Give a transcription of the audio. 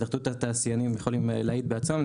התאחדות התעשיינים יכולים להעיד בעצמם,